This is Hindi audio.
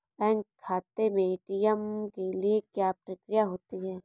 बैंक खाते में ए.टी.एम के लिए क्या प्रक्रिया होती है?